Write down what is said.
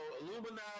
Illuminati